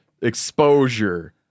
Exposure